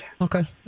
Okay